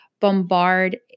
bombard